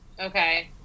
Okay